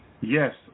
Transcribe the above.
Yes